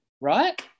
right